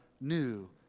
new